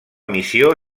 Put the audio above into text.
missió